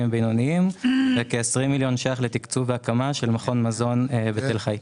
ובינוניים וכ-20 מיליון שקלים לתקצוב והקמה של מכון מזון בתל-חי.